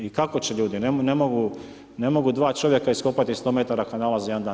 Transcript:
I kako će ljudi, ne mogu dva čovjeka iskopati 100 metara kanala za jedan dan.